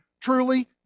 truly